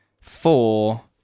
four